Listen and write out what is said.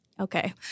okay